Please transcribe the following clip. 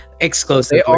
Exclusive